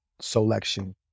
selection